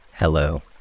Hello